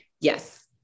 Yes